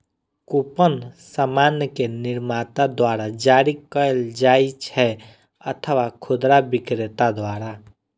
coupon सामान के निर्माता द्वारा जारी कैल जाइ छै अथवा खुदरा बिक्रेता द्वारा